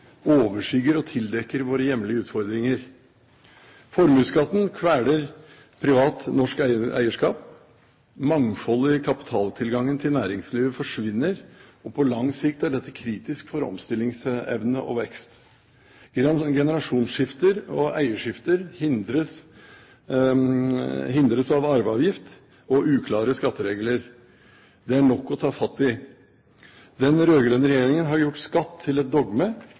og tildekker våre hjemlige utfordringer. Formuesskatten kveler privat, norsk eierskap. Mangfoldet i kapitaltilgangen til næringslivet forsvinner, og på lang sikt er dette kritisk for omstillingsevne og vekst. Generasjonsskifter og eierskifter hindres av arveavgift og uklare skatteregler. Det er nok å ta fatt i. Den rød-grønne regjeringen har gjort skatt til et dogme.